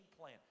plan